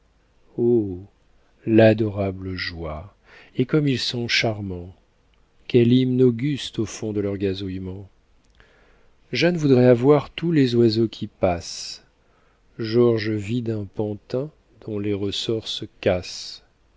l'adorable joie et comme ils sont charmants quel hymne auguste au fond de leurs gazouillements jeanne voudrait avoir tous les oiseaux qui passent georges vide un pantin dont les ressorts se cassent